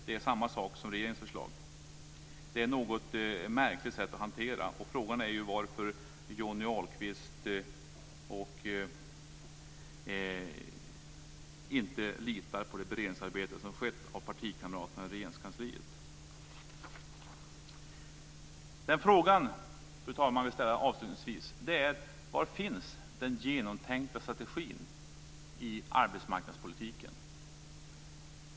Det är samma sak som i regeringens förslag. Det är ett något märkligt sätt att hantera det här på. Frågan är varför Johnny Ahlqvist inte litar på det beredningsarbete som har gjorts av partikamraterna i Regeringskansliet. Fru talman! Avslutningsvis vill jag ställa frågan: Var finns den genomtänkta strategin i arbetsmarknadspolitiken?